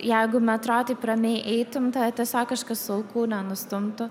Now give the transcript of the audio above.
jeigu metro taip ramiai eitum tave tiesiog kažkas su alkūne nustumtų